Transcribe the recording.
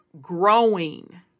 growing